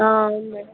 ఆ అవును మ్యాడమ్